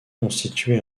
constitué